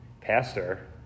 Pastor